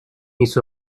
mis